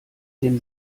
dem